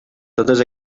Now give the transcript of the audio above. totes